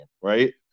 right